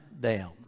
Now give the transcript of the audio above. down